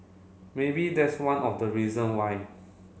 maybe that's one of the reason why